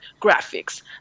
graphics